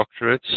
doctorates